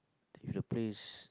to the place